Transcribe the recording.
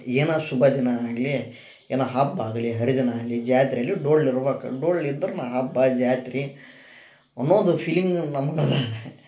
ಏನ ಶುಭ ದಿನ ಆಗಲಿ ಏನ ಹಬ್ಬ ಆಗಲಿ ಹರಿದಿನ ಆಗಲಿ ಜಾತ್ರೆಲಿ ಡೊಳ್ಳು ಇರ್ಬಕ ಡೊಳ್ಳು ಇದ್ದರನ ಹಬ್ಬ ಜಾತ್ರೆ ಅನೋದು ಫೀಲಿಂಗ್ ನಮ್ಗ ಅದ